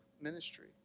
ministry